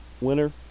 winner